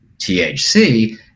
THC